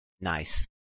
Nice